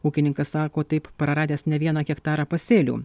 ūkininkas sako taip praradęs ne vieną hektarą pasėlių